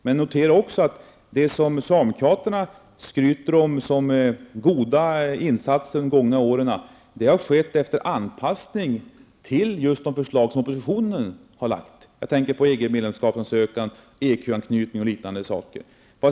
Jag noterar också att de goda insatser under de gångna åren som socialdemokraterna skryter över har gjorts som en anpassning till de förslag som oppositionen har lagt fram -- jag tänker på ansökan om medlemskap i EG, ecu-anknytningen och liknande.